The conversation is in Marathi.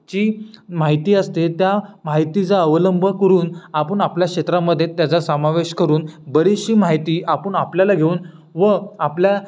जी माहिती असते त्या माहितीचा अवलंब करून आपण आपल्या क्षेत्रामध्ये त्याचा समावेश करून बरीचशी माहिती आपण आपल्याला घेऊन व आपल्या